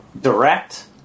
direct